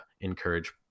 encourage